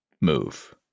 move